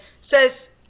says